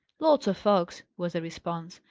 lots of folks, was the response.